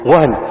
one